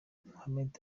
muhammed